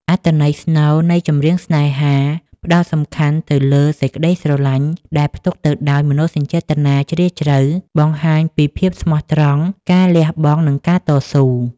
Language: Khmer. អត្ថន័យស្នូលនៃ ចម្រៀងស្នេហា ផ្ដោតសំខាន់ទៅលើសេចក្ដីស្រឡាញ់ដែលផ្ទុកទៅដោយមនោសញ្ចេតនាជ្រាលជ្រៅ បង្ហាញពីភាពស្មោះត្រង់ ការលះបង់ និងការតស៊ូ